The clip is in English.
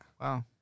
Wow